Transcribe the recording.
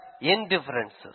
indifferences